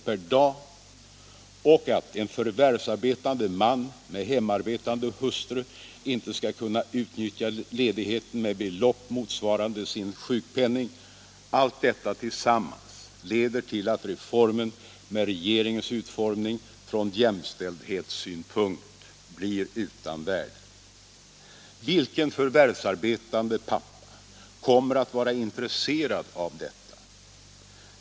per dag och art en förvärvsarbetande man med hemarbetande hustru inte skall kunna utnyttja ledigheten med belopp motsvarande sin sjukpenning — allt detta tillsammans leder till att reformen med regeringens utformning från jämställdhetssynpunkt blir utan värde. Vilken förvärvsarbetande pappa kommer att vara intresserad av detta?